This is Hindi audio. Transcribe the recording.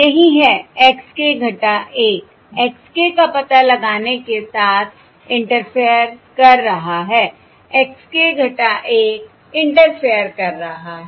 यही है x k 1 x k का पता लगाने के साथ इंटरफेयर कर रहा है x k 1 इंटरफेयर कर रहा है